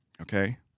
Okay